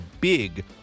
big